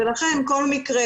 לכן כל מקרה,